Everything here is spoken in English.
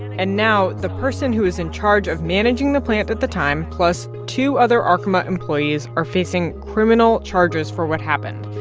and now the person who is in charge of managing the plant at the time, plus two other arkema employees, are facing criminal charges for what happened.